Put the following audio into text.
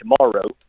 tomorrow